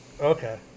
Okay